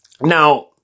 now